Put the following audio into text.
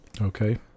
Okay